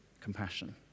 compassion